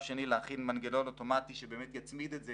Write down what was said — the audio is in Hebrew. שני להחיל מנגנון אוטומטי שבאמת יצמיד את זה